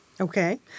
Okay